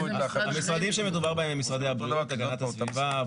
המשרדים בהם מדובר הם משרדי הבריאות, הגנת הסביבה,